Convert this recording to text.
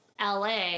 LA